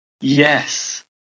Yes